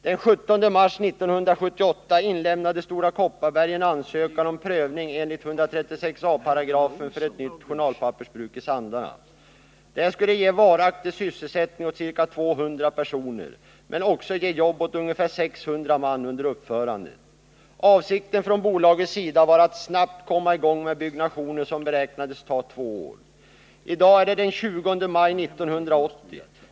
Den 17 mars 1978 inlämnade Stora Kopparberg en ansökan om prövning enligt 136 a§ för ett nytt journalpappersbruk i Sandarne. Detta skulle ge en varaktig sysselsättning åt ca 200 personer men också ge jobb åt ungefär 600 man under uppförandet. Avsikten från bolagets sida var att snabbt komma i gång med byggnationen, som beräknades ta två år. I dag är det den 20 maj 1980.